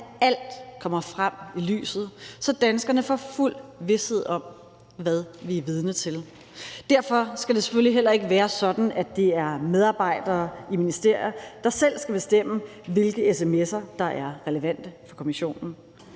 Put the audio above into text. at alt kommer frem i lyset, så danskerne får fuld vished om, hvad vi er vidne til. Derfor skal det selvfølgelig heller ikke være sådan, at det er medarbejdere i ministerier, der selv skal bestemme, hvilke sms'er der er relevante for kommissionen.